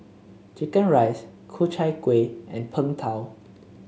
chicken rice Ku Chai Kuih and Png Tao